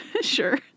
Sure